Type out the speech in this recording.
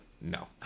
no